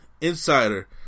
insider